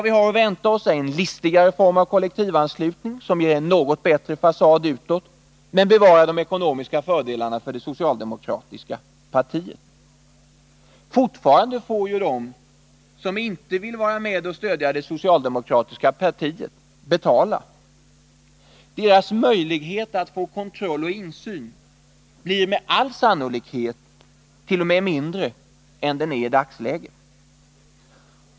Vi har att vänta oss en listigare form av kollektivanslutning, som ger en något snyggare fasad utåt men bevarar de ekonomiska fördelarna för det socialdemokratiska partiet. Fortfarande får ju de som inte vill vara med och stödja det socialdemokratiska partiet betala, men deras möjlighet att få kontroll och insyn blir med all sannolikhet t. o .m. mindre än den är i dagsläget.